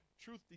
truth